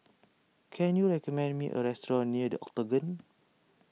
can you recommend me a restaurant near the Octagon